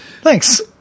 thanks